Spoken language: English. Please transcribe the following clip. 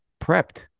prepped